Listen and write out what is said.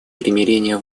примирения